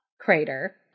Crater